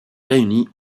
réunies